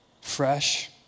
fresh